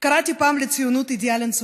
"קראתי פעם לציונות אידיאל אין-סופי,